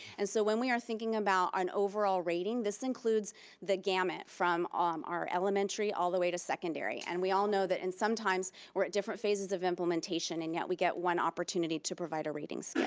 and so when we are thinking about an overall rating, this includes the gamut, from um our elementary all the way to secondary, and we all know that in some times, we're at different phases of implementation and yet we get one opportunity to provide a rating